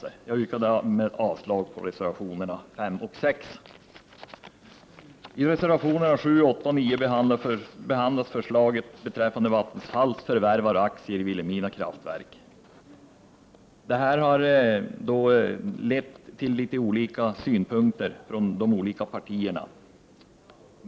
Jag yrkar därmed avslag på reservationerna 5 och 6. I reservationerna 7, 8 och 9 behandlas förslaget om Vattenfalls förvärv av aktier i Vilhelmina kraftverk. Denna fråga har lett till olika ställningstaganden i de olika partierna.